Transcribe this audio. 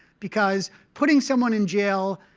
because putting someone in jail,